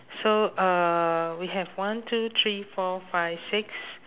so uh we have one two three four five six